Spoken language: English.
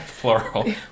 Plural